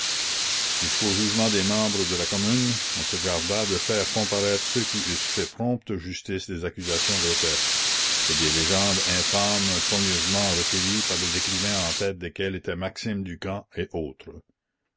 jusqu'au jugement des membres de la commune on se garda de faire comparaître ceux qui eussent fait prompte justice des accusations grotesques et des légendes infâmes soigneusement recueillies par des écrivains en tête desquels étaient maxime ducamp et autres